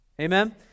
Amen